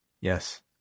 Yes